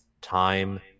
time